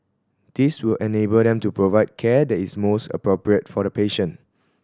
this will enable them to provide care that is most appropriate for the patient